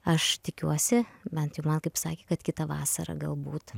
aš tikiuosi bent jau man kaip sakė kad kitą vasarą galbūt